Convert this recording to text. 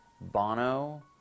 Bono